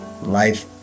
life